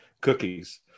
cookies